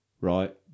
right